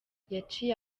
yaciye